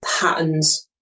patterns